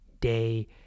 day